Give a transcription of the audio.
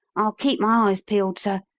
i'll keep my eyes peeled, sir.